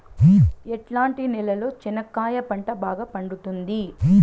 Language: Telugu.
ఎట్లాంటి నేలలో చెనక్కాయ పంట బాగా పండుతుంది?